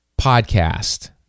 podcast